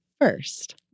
first